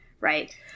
right